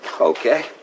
Okay